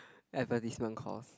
advertisement course